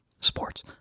Sports